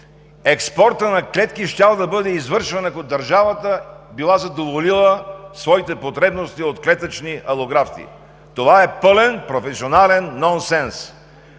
Експортът на клетки щял да бъде извършван, ако държавата била задоволила своите потребности от клетъчни алографти. Това е пълен професионален нонсенс.